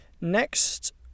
Next